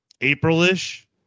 April-ish